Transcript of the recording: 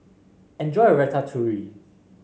enjoy your Ratatouille